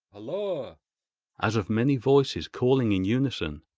holloa as of many voices calling in unison.